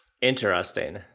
Interesting